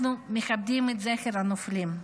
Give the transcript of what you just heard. אנחנו מכבדים את זכר הנופלים,